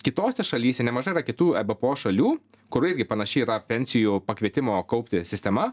kitose šalyse nemažai yra kitų ebpo šalių kur irgi panaši yra pensijų pakvietimo kaupti sistema